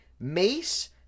Mace